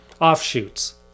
offshoots